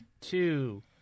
two